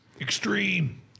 extreme